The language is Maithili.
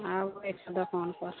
आबै छौ दोकानपर